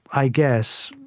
i guess,